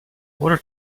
what